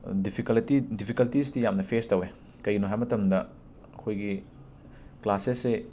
difficulty ꯗꯤꯐꯤꯀꯜꯇꯤꯁꯇꯤ ꯌꯥꯝꯅ face ꯇꯧꯋꯦ ꯀꯩꯒꯤꯅꯣ ꯍꯥꯏꯕ ꯃꯇꯝꯗ ꯑꯩꯈꯣꯏꯒꯤ ꯀ꯭ꯂꯥꯁꯦꯁꯁꯦ